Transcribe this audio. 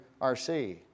RC